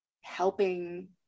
helping